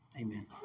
Amen